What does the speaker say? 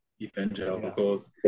evangelicals